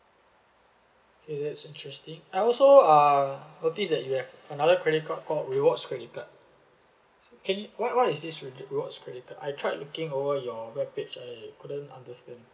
okay that's interesting I also uh notice that you have another credit card called rewards credit card can you what what is this rewards credit card I tried looking over your webpage I couldn't understand